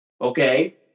Okay